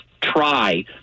try